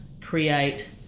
create